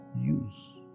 use